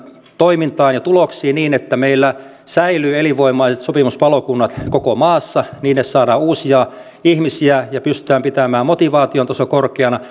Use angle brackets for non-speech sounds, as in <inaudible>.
toimintaan ja tuloksiin niin että meillä säilyvät elinvoimaiset sopimuspalokunnat koko maassa niihin saadaan uusia ihmisiä ja pystytään pitämään motivaation taso korkeana <unintelligible>